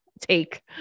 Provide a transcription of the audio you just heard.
take